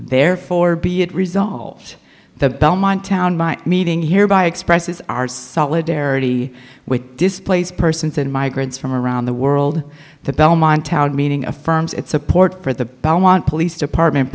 therefore be it resolved the belmont town meeting here by expresses our solidarity with displaced persons and migrants from around the world the belmont town meeting affirms its support for the belmont police department